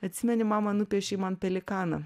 atsimeni mama nupiešei man pelikaną